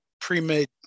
pre-made